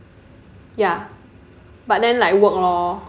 ya but then like work lor